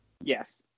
Yes